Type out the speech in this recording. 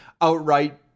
outright